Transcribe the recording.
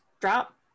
drop